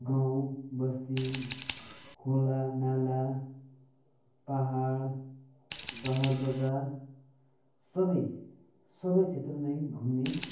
गाउँ बस्ती खोला नाला पाहाड सहर बजार सबै सबै क्षेत्र नै घुम्ने